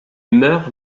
meurt